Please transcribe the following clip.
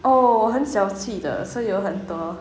oh 我很小气的所以有很多